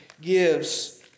gives